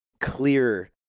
clear